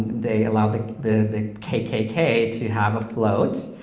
they allowed the kkk to have a float,